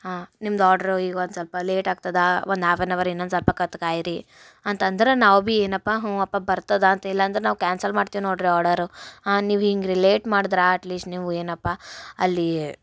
ಹಾಂ ನಿಮ್ದು ಆಡ್ರು ಈಗ ಒಂದು ಸ್ವಲ್ಪ ಲೇಟ್ ಆಗ್ತದೆ ಒಂದು ಹಾಫ್ ಎನ್ ಹವರ್ ಇನ್ನೊಂದು ಸ್ವಲ್ಪ ಕತ್ ಕಾಯಿರಿ ಅಂತಂದ್ರೆ ನಾವು ಭಿ ಏನಪ್ಪ ಹ್ಞೂ ಅಪ್ಪ ಬರ್ತದೆ ಅಂತ ಇಲ್ಲಾಂದ್ರೆ ನಾವು ಕ್ಯಾನ್ಸಲ್ ಮಾಡ್ತೀವಿ ನೋಡಿರಿ ಆಡರು ನೀವು ಹಿಂಗೆ ರಿ ಲೇಟ್ ಮಾಡದ್ರೆ ಅಟ್ ಲೀಸ್ಟ್ ನೀವು ಏನಪ್ಪ ಅಲ್ಲಿ